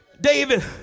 David